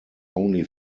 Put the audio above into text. only